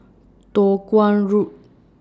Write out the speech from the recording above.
Toh Guan Road